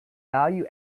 value